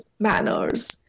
manners